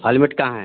helmet कहाँ है